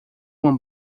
uma